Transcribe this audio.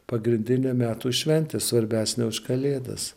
pagrindinė metų šventė svarbesnė už kalėdas